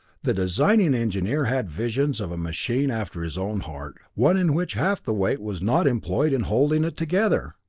the designing engineer had visions of a machine after his own heart one in which half the weight was not employed in holding it together!